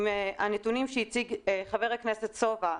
הנתונים שהציג חבר הכנסת סובה,